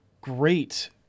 great